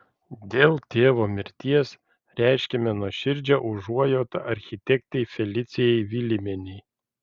dėl tėvo mirties reiškiame nuoširdžią užuojautą architektei felicijai vilimienei